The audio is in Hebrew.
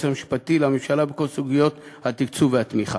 המשפטי לממשלה בכל סוגיות התקצוב והתמיכה.